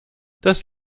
das